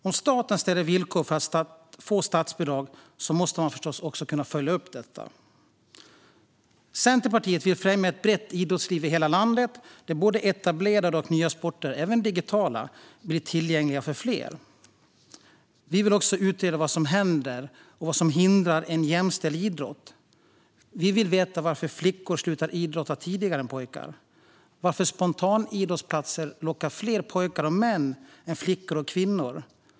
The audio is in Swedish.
Om staten ställer villkor för statsbidrag måste detta förstås också kunna följas upp. Centerpartiet vill främja ett brett idrottsliv i hela landet där både etablerade och nya sporter, även digitala, blir tillgängliga för fler. Vi vill också utreda vad som hindrar en jämställd idrott. Vi vill veta varför flickor slutar idrotta tidigare än pojkar och varför spontanidrottsplatser lockar fler pojkar och män än flickor och kvinnor.